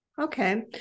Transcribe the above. Okay